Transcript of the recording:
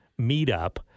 meetup